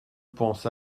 pense